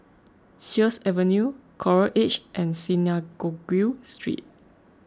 Sheares Avenue Coral Edge and Synagogue Street